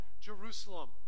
Jerusalem